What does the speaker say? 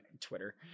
twitter